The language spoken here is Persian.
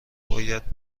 باید